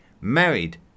married